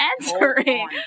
answering